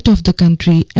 of the country